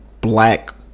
black